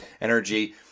energy